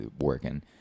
working